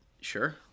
Sure